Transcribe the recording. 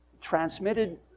transmitted